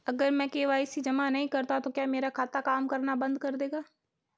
अगर मैं के.वाई.सी जमा नहीं करता तो क्या मेरा खाता काम करना बंद कर देगा?